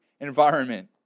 environment